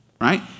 right